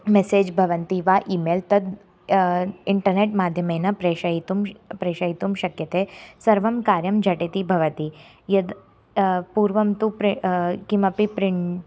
message भवन्ति वा email तद् इन्टर्नेट् माध्यमेन प्रेषयितुं श् प्रेषयितुं शक्यते सर्वं कार्यं झटिति भवति यद् पूर्वं तु प्रे किमपि प्रिण्ट्